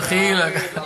דחילק.